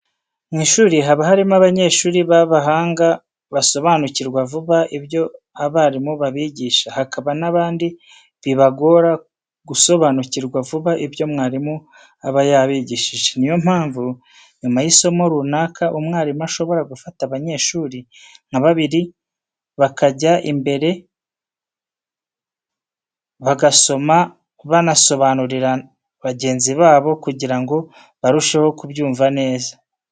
Mu ishuri haba harimo abanyeshuri b'abahanga basobanukirwa vuba ibyo abarimu babigisha, hakaba n'abandi bibagora gusobanukirwa vuba ibyo mwarimu aba yabigishije. Ni yo mpamvu nyuma y'isomo runaka umwarimu ashobora gufata abanyeshuri nka babiri bakajya imbere bagasoma banasobanurira bagenzi babo kugira ngo barusheho kubyumva neza.